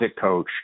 coach